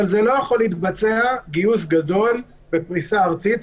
אבל לא יכול להתבצע גיוס גדול בפריסה ארצית.